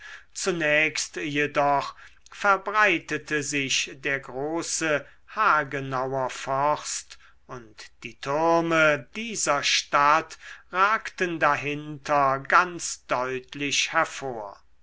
zunächst jedoch verbreitete sich der große hagenauer forst und die türme dieser stadt ragten dahinter ganz deutlich hervor